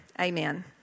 Amen